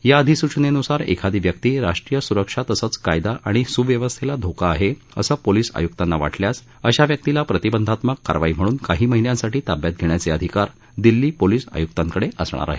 या अधिसूचनेन्सार एखादी व्यक्ती राष्ट्रीय सुरक्षा तसंच कायदा आणि सुव्यवस्थेला धोका आहे असं पोलीस आय्क्तांना वाटल्यास अशा व्यक्तीला प्रतिबंधात्मक कारवाई म्हणून काही महिन्यांसाठी ताब्यात घेण्याचे अधिकार दिल्ली पोलीस आयुक्तांकडे असणार आहेत